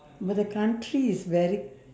but the country is very